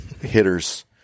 hitters